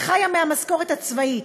היא חיה מהמשכורת הצבאית.